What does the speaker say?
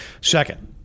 Second